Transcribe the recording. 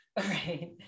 Right